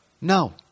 No